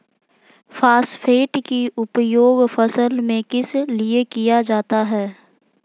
Phosphate की उपयोग फसल में किस लिए किया जाता है?